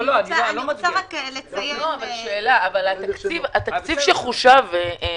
אחת: התקציב שחושב, שגית,